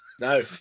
No